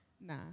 Nah